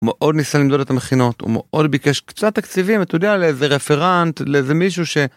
מאוד ניסה למדוד את המכינות ומאוד ביקש קצת תקציבים אתה יודע לאיזה רפראנט לאיזה מישהו ש.